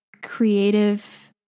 creative